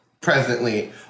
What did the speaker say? presently